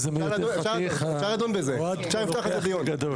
אפשר לדון בזה; זהו פתח לדיון.